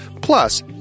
Plus